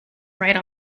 ride